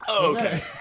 okay